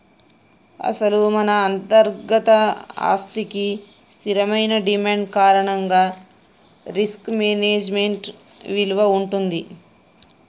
అసలు మన అంతర్గత ఆస్తికి స్థిరమైన డిమాండ్ కారణంగా రిస్క్ మేనేజ్మెంట్ విలువ ఉంటుంది